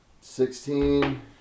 sixteen